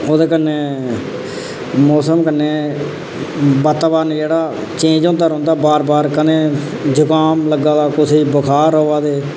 ओह्दे कन्नै मौसम कन्नै वातावरण जेह्ड़ा चेंज होंदा रौहंदा बार बार कदें जुकाम लग्गा दा कुसै गी बुखार आवा दे